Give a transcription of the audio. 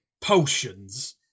potions